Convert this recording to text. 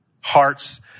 hearts